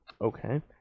Okay